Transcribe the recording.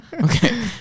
Okay